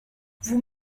vous